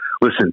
Listen